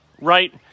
right